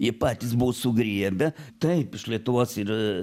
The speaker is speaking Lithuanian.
jie patys buvo sugriebę taip iš lietuvos ir